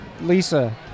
Lisa